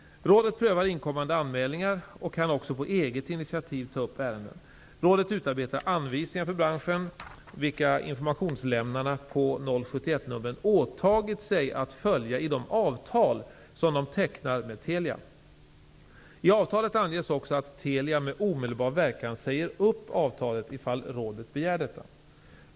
Rådet prövar inkommande anmälningar och kan också på eget initiativ ta upp ärenden. Rådet utarbetar anvisningar för branschen, vilka informationslämnarna på 071-numren åtagit sig att följa i de avtal som de tecknar med Telia. I avtalet anges också att Telia med omedelbar verkan säger upp avtalet ifall rådet begär detta.